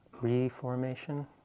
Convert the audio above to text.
reformation